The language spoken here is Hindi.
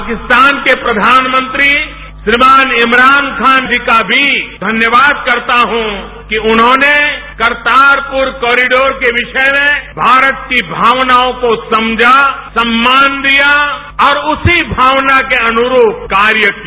पाकिस्तान के प्रधानमंत्री श्रीमान इमरान खान जी का भी धन्यवाद करता हूं कि उन्होंने करतारपुर कॉरिडोर के विषय में भारत की भावनाओं को समझा सम्मान दिया और उसी भावना के अनुरूप कार्य किया